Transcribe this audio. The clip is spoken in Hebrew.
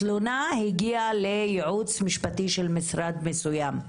התלונה הגיעה לייעוץ משפטי של משרד מסוים.